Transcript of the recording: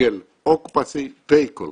Single Occupancy Vehicle,